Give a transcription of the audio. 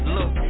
Look